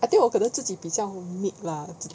I think 我可能自已比较 mid lah 自己